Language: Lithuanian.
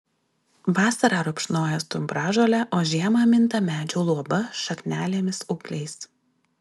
vasarą rupšnoja stumbražolę o žiemą minta medžių luoba šaknelėmis ūgliais